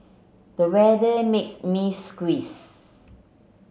the weather makes me